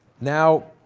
now,